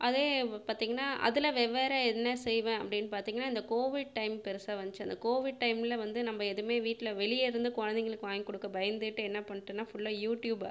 அதே பார்த்தீங்கனா அதில் வெவ்வேறு என்ன செய்வேன் அப்படின்னு பார்த்தீங்கனா இந்த கோவிட் டைம் பெருசாக வந்துச்சு அந்த கோவிட் டைமில் வந்து நம்ம எதுவுமே வீட்டில் வெளியிலருந்து குழந்தைகளுக்கு வாங்கி கொடுக்க பயந்துகிட்டு என்ன பண்ணிடேன்னா ஃபுல்லாக யூடியூப்